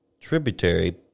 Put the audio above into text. tributary